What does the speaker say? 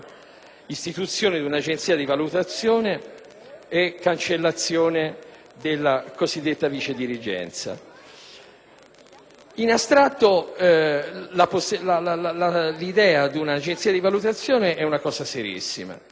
istituzione di un'agenzia di valutazione e cancellazione della cosiddetta vicedirigenza. In astratto, l'idea di un'agenzia di valutazione è una questione